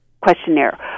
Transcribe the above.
questionnaire